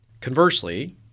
Conversely